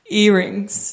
earrings